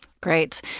Great